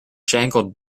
jangled